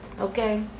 Okay